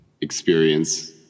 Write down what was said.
experience